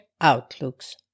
outlooks